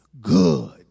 good